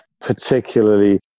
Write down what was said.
particularly